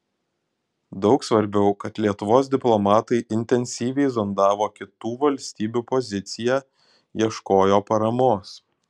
daug svarbiau kad lietuvos diplomatai intensyviai zondavo kitų valstybių poziciją ieškojo paramos